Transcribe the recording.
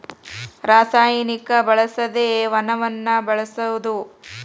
ರಸಾಯನಿಕ ಬಳಸದೆ ವನವನ್ನ ಬೆಳಸುದು